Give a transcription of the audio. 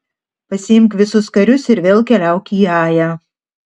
pasiimk visus karius ir vėl keliauk į ają